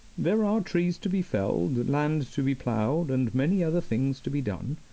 there are trees to be felled, land to be plowed, and many other things to be done.